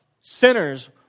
sinners